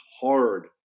hard